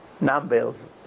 numbers